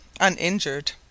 uninjured